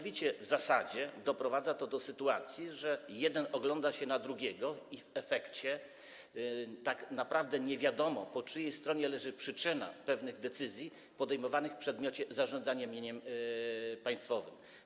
W zasadzie doprowadza do sytuacji, że jeden ogląda się na drugiego i w efekcie tak naprawdę nie wiadomo, po czyjej stronie leży odpowiedzialność, gdzie jest przyczyna pewnych decyzji podejmowanych w przedmiocie zarządzania mieniem państwowym.